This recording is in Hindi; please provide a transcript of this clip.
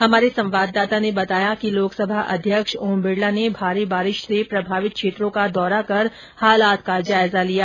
हमारे संवाददाता ने बताया है कि लोकसभा अध्यक्ष ओम बिडला ने भारी बारिश से प्रभावित क्षेत्रों का दौरा कर हालात का जायजा लिया